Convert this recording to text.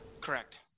Correct